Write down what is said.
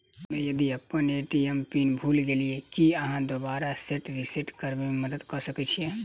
हम्मे यदि अप्पन ए.टी.एम पिन भूल गेलियै, की अहाँ दोबारा सेट रिसेट करैमे मदद करऽ सकलिये?